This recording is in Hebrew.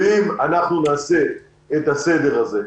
אם אנחנו נעשה את הסדר הזה,